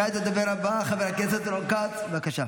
כעת הדובר הבא, חבר הכנסת רון כץ, בבקשה.